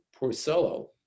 Porcello